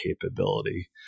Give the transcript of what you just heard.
capability